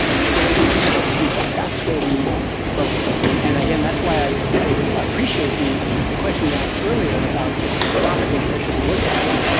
and so when we picked up prefect, that's where we focused. and again, that's why i i appreciate the the question you asked earlier about sort of philosophically where should the work get done.